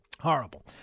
horrible